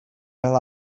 fel